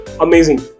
amazing